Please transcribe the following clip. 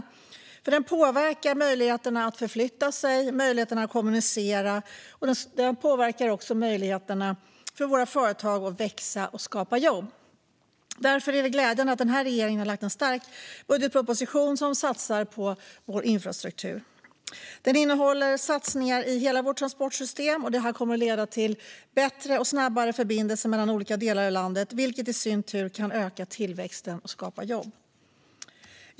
Den påverkar nämligen människors möjlighet att förflytta sig och att kommunicera, och den påverkar också möjligheten för våra företag att växa och skapa jobb. Därför är det glädjande att den här regeringen har lagt fram en stark budgetproposition som satsar på vår infrastruktur. Den innehåller satsningar i hela vårt transportsystem, och det kommer att leda till bättre och snabbare förbindelser mellan olika delar av landet - vilket i sin tur kan öka tillväxten och skapa jobb.